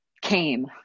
came